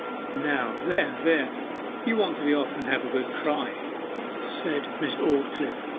now there, there you want to be off, and have a good cry said miss aldclyffe,